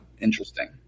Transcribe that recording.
interesting